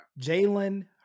Jalen